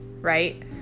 right